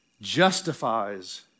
justifies